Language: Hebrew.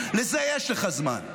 לזה יש לך זמן.